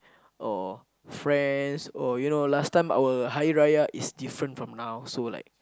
or friends or you know last time our Hari-Raya is different from now so like